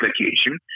application